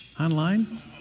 Online